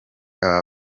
aba